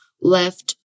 left